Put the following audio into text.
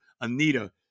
Anita